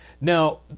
now